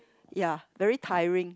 ya very tiring